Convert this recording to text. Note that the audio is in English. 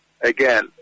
again